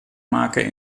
maken